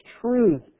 truth